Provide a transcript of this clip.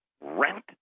Rent